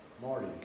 Marty